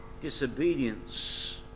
disobedience